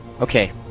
Okay